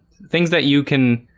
things that you can